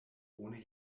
ohne